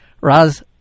Raz